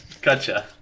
Gotcha